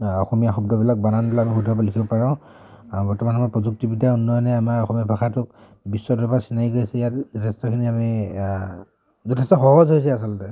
অসমীয়া শব্দবিলাক বানানবিলাক আমি শুদ্ধৰূপত লিখিব পাৰোঁ বৰ্তমান সময়ত প্ৰযুক্তিবিদ্যা উন্নয়নে আমাৰ অসমীয়া ভাষাটোক বিশ্বদৰবাৰত ইয়াত যথেষ্টখিনি আমি যথেষ্ট সহজ হৈছে আচলতে